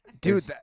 Dude